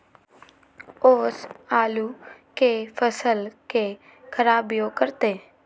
ओस आलू के फसल के खराबियों करतै?